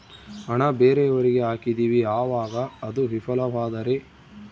ಹಣ ಬೇರೆಯವರಿಗೆ ಹಾಕಿದಿವಿ ಅವಾಗ ಅದು ವಿಫಲವಾದರೆ?